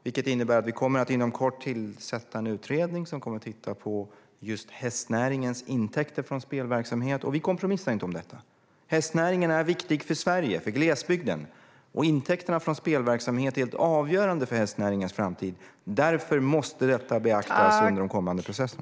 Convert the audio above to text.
Det innebär att vi inom kort kommer att tillsätta en utredning som kommer att titta just på hästnäringens intäkter från spelverksamhet. Vi kompromissar inte om detta. Hästnäringen är viktig för Sverige och för glesbygden. Intäkterna från spelverksamhet är helt avgörande för hästnäringens framtid. Därför måste detta beaktas under den kommande processen.